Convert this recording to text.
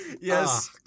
Yes